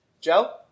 Joe